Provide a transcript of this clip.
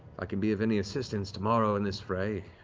i can be of any assistance tomorrow in this fray,